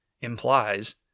implies